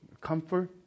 comfort